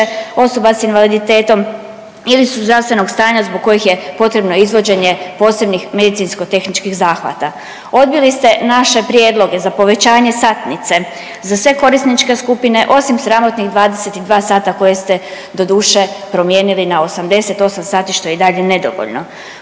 osoba sa invaliditetom ili su zdravstvenog stanja zbog kojih je potrebno izvođenje posebnih medicinsko-tehničkih zahvata. Odbili ste naše prijedloge za povećanje satnice za sve korisničke skupine osim sramotnih 22 sata koje ste doduše promijenili na 88 sati što je i dalje nedovoljno.